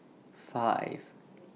five